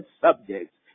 subjects